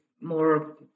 more